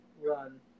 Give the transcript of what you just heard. run